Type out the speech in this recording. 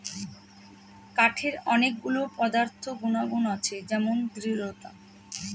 কাঠের অনেক গুলো পদার্থ গুনাগুন আছে যেমন দৃঢ়তা